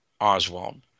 Oswald